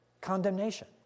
condemnation